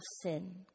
sin